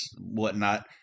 whatnot